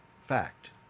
fact